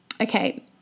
okay